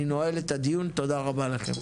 אני נועל את הדיון תודה רבה לכם.